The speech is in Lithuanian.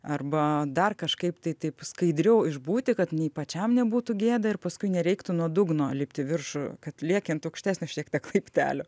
arba dar kažkaip tai taip skaidriau išbūti kad nei pačiam nebūtų gėda ir paskui nereiktų nuo dugno lipt į viršų kad lieki ant aukštesnio šiek tiek laiptelio